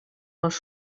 les